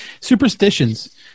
superstitions